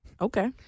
Okay